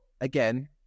Again